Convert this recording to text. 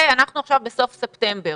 אתמול